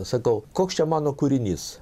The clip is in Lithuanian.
sakau koks čia mano kūrinys